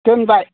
दोनबाय